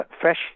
fresh